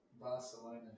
Barcelona